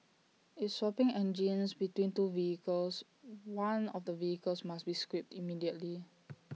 if swapping engines between two vehicles one of the vehicles must be scrapped immediately